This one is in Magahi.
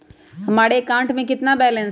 हमारे अकाउंट में कितना बैलेंस है?